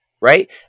right